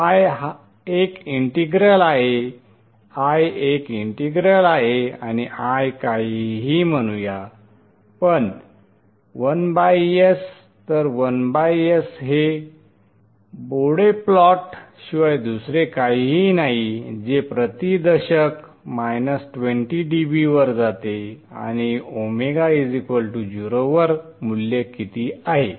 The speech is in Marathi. I एक इंटिग्रल आहे I एक इंटिग्रल आहे आणि I काहीही म्हणूया पण 1s तर 1s हे बोडे प्लॉट शिवाय दुसरे काहीही नाही जे प्रति दशक 20 dB वर जाते आणि ω 0 वर मूल्य किती आहे